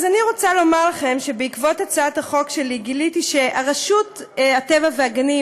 אני רוצה לומר לכם שבעקבות הצעת החוק שלי גיליתי שרשות הטבע והגנים